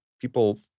people